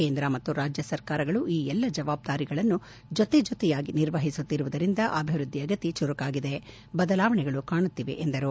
ಕೇಂದ್ರ ಮತ್ತು ರಾಜ್ಯ ಸರ್ಕಾರಗಳು ಈ ಎಲ್ಲ ಜವಾಬ್ದಾರಿಗಳನ್ನು ಜೊತೆಜೊತೆಯಾಗಿ ನಿರ್ವಹಿಸುತ್ತಿರುವುದರಿಂದ ಅಭಿವೃದ್ದಿಯ ಗತಿ ಚುರುಕಾಗಿದೆ ಬದಲಾವಣೆಗಳು ಕಾಣುತ್ತಿವೆ ಎಂದರು